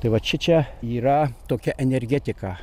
tai vat šičia yra tokia energetika